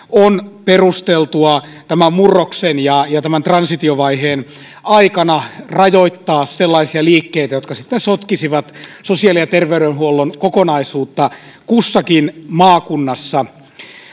on perusteltua tämän murroksen ja ja transitiovaiheen aikana rajoittaa sellaisia liikkeitä jotka sitten sotkisivat sosiaali ja terveydenhuollon kokonaisuutta kussakin maakunnassa